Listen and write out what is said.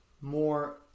more